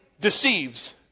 deceives